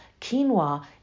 quinoa